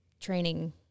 training